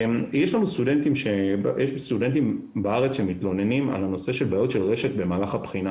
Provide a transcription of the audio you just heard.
יש סטודנטים בארץ שמתלוננים על בעיות של רשת במהלך הבחינה.